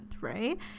right